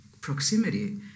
proximity